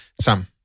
Sam